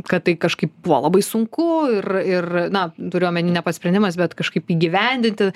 kad tai kažkaip buvo labai sunku ir ir na turiu omeny ne pats sprendimas bet kažkaip įgyvendinti